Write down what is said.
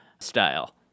style